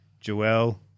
Joel